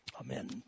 Amen